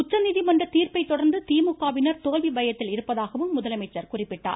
உச்சநீதிமன்ற தீர்ப்பை தொடர்ந்து திமுக வினர் தோல்வி பயத்தில் இருப்பதாகவும் முதலமைச்சர் குறிப்பிட்டார்